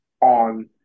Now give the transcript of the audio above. on